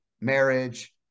marriage